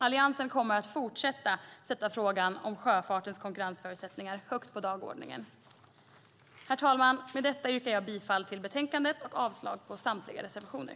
Alliansen kommer att fortsätta att sätta frågan om sjöfartens konkurrensförutsättningar högt på dagordningen. Herr talman! Med detta yrkar jag bifall till utskottets förslag och avslag på samtliga reservationer.